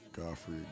Godfrey